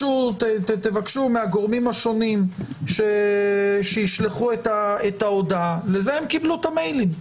תבקשו מהגורמים השונים שישלחו את ההודעה לזה הם קיבלו את המיילים.